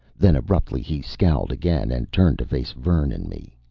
then abruptly he scowled again and turned to face vern and me.